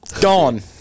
Gone